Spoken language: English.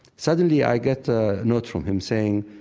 suddenly, i get a note from him saying,